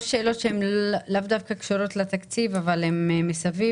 שאלות שהן לאו דווקא קשורות לתקציב אבל הן מסביב.